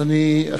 אדוני,